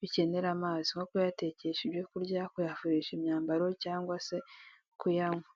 bikenera amazi nko kuyatekesha ibyo kurya, kuyafuri imyambaro cyangwa se kuyanywa.